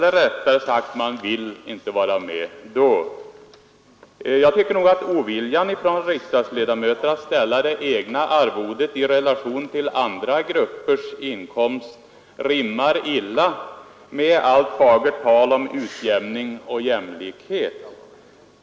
Riksdagsledamöters ovilja att ställa det egna arvodet i relation till andra gruppers inkomster rimmar illa med allt fagert tal om utjämning och jämlikhet.